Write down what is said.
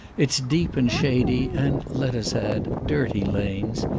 its deep and shady and let us add dirty lanes,